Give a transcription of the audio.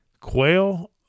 quail